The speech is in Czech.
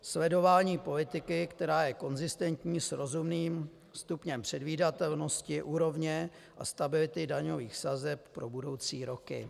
Sledování politiky, která je konzistentní s rozumným stupněm předvídatelnosti úrovně a stability daňových sazeb pro budoucí roky.